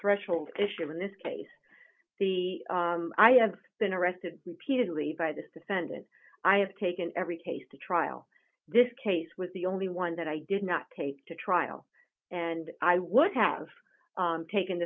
threshold issue in this case the i have been arrested repeatedly by this defendant i have taken every case to trial this case was the only one that i did not take to trial and i would have taken